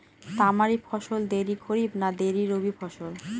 তামারি ফসল দেরী খরিফ না দেরী রবি ফসল?